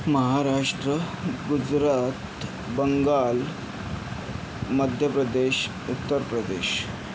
Maharashtra Gujarat Bengal Madhya Pradesh Uttar Pradesh